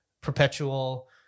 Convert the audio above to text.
perpetual